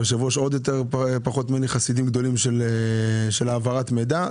והיושב ראש עוד פחות ממני לא חסידים גדולים של העברת מידע.